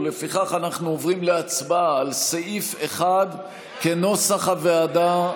ולפיכך אנחנו עוברים להצבעה על סעיף 1 כנוסח הוועדה.